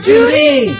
Judy